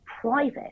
private